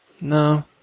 No